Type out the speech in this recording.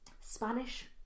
Spanish